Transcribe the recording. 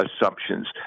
assumptions